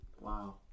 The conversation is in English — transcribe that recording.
Wow